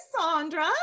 Sandra